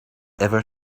ever